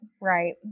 right